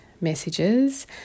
messages